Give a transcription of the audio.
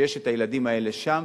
כשיש ילדים כאלה שם,